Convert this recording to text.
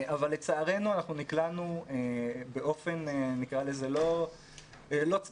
אבל לצערנו נקלענו באופן מאוד לא צפוי